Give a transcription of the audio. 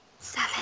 Seven